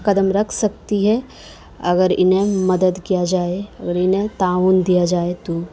قدم رکھ سکتی ہے اگر انہیں مدد کیا جائے اور انہیں تعاون دیا جائے تو